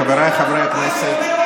חבריי חברי הכנסת,